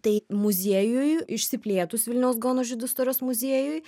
tai muziejui išsiplėtus vilniaus gaono žydų istorijos muziejui